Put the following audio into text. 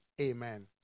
Amen